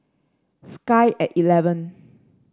sky at eleven